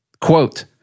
Quote